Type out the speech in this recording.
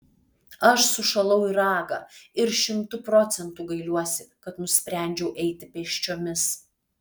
aš sušalau į ragą ir šimtu procentų gailiuosi kad nusprendžiau eiti pėsčiomis